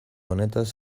honetaz